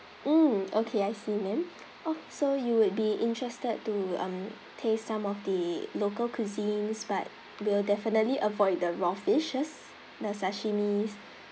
mm okay I see ma'am oh so you would be interested to um taste some of the local cuisines but we'll definitely avoid the raw fishes the sashimis